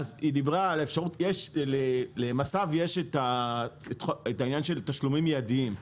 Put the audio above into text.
אז היא דיברה על האפשרות שלמס"ב יש את העניין של תשלומים מידיים.